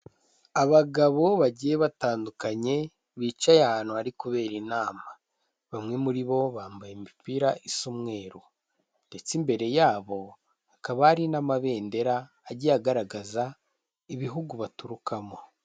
Abagabo bagiye batandukanye, bicaye ahantu hari kubera inama, bamwe muri bo bambaye imipira isa y'umweru ndetse imbere yabo hakaba hari n'amabendera agiye agaragaza ibihugu baturukamo.